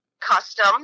Custom